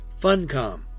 Funcom